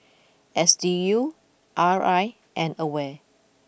S D U R I and Aware